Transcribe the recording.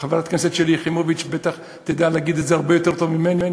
חברת הכנסת שלי יחימוביץ בטח תדע להגיד את זה הרבה יותר טוב ממני,